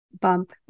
bump